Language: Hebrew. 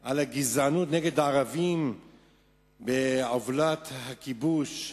על הגזענות נגד הערבים בעוולת הכיבוש.